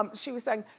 um she was saying,